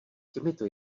těmito